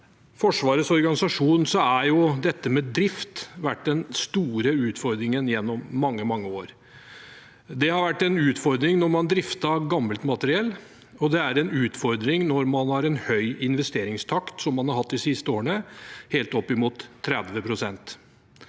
Forsvarets organisasjon har drift vært den store utfordringen gjennom mange, mange år. Det har vært en utfordring når man har driftet gammelt materiell, og det er en utfordring når man har en høy investeringstakt, som man har hatt de siste årene, helt opp mot 30 pst.